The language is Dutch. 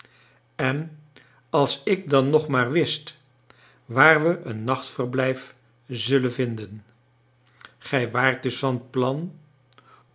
en als ik dan nog maar wist waar we een nachtverblijf zullen vinden gij waart dus van plan